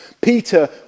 Peter